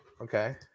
Okay